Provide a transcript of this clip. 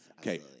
Okay